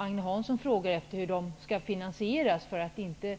Agne Hansson frågar efter finanseringen för de 400 miljoner kronorna